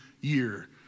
year